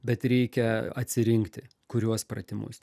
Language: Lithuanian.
bet reikia atsirinkti kuriuos pratimus